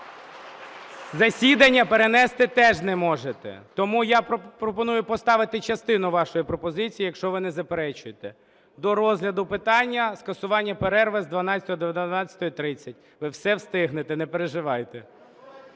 Засідання перенести теж не можете. Тому я пропоную поставити частину вашої пропозиції, якщо ви не заперечуєте, до розгляду питання скасування перерви з 12-ї до 12:30. Ви все встигнете, не переживайте.